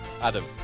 Adam